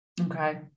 Okay